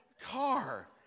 car